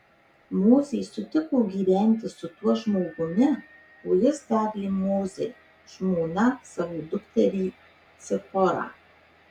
mozė sutiko gyventi su tuo žmogumi o jis davė mozei žmona savo dukterį ciporą